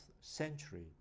century